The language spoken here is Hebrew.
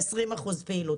ב-20% פעילות.